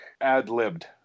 ad-libbed